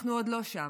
אנחנו עוד לא שם,